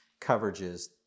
coverages